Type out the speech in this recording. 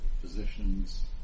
physicians